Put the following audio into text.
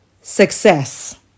success